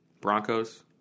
Broncos